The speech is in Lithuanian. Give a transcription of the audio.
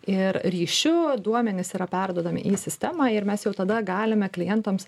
ir ryšiu duomenys yra perduodami į sistemą ir mes jau tada galime klientams